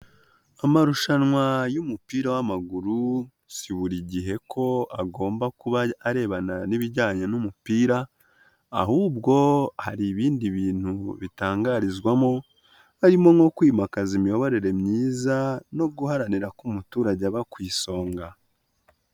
Amarushanwa y'umupira w'amaguru si buri gihe ko agomba kuba arebana n'ibijyanye n'umupira, ahubwo hari ibindi bintu bitangarizwamo, harimo nko kwimakaza imiyoborere myiza no guharanira ko umuturage aba ku isonga.